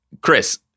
Chris